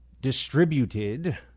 distributed